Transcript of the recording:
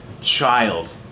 child